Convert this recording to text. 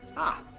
ah,